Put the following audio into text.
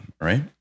right